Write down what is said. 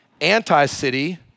anti-city